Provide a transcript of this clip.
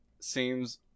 seems